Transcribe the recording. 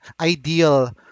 ideal